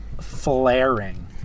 flaring